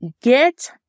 get